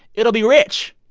it'll be rich.